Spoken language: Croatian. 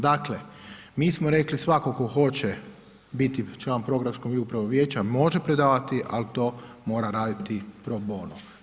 Dakle, mi smo rekli svako tko hoće biti član programskog i u pravnog vijeća, može predavati ali to mora raditi pro bono.